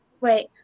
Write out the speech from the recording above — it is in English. Wait